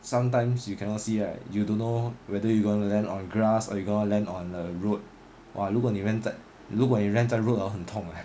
sometimes you cannot see right you don't know whether you want to land on grass or you are gonna land on a road but 如果你 land 在如果你 land 在 road 很痛 eh